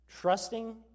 trusting